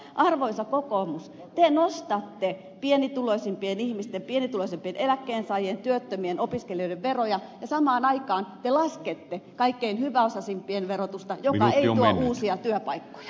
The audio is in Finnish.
arvoisa kokoomus te nostatte pienituloisimpien ihmisten pienituloisimpien eläkkeensaa jien työttömien ja opiskelijoiden veroja ja samaan aikaan te laskette kaikkein hyväosaisimpien verotusta mikä ei tuo uusia työpaikkoja